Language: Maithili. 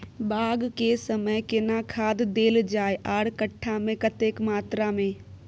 बाग के समय केना खाद देल जाय आर कट्ठा मे कतेक मात्रा मे?